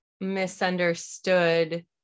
misunderstood